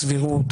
הסבירות,